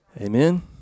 Amen